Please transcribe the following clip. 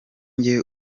jye